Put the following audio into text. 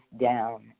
down